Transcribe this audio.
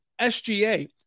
SGA